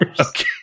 Okay